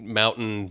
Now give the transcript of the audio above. mountain